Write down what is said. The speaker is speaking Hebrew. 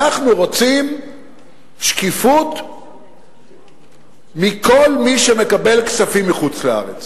אנחנו רוצים שקיפות מכל מי שמקבל כספים מחוץ-לארץ.